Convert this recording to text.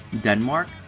Denmark